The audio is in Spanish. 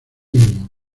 mismo